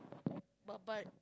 babat